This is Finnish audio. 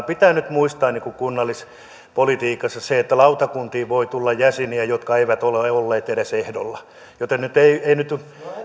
pitää nyt muistaa kunnallispolitiikasta se että lautakuntiin voi tulla jäseniä jotka eivät ole ole olleet edes ehdolla joten ei ei nyt